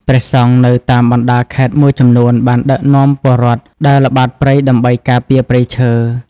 ព្រះសង្ឃនៅតាមបណ្តាខេត្តមួយចំនួនបានដឹកនាំពលរដ្ឋដើរល្បាតព្រៃដើម្បីការពារព្រៃឈើ។